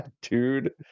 dude